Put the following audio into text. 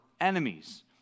enemies